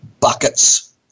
buckets